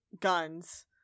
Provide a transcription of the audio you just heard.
guns